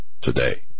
today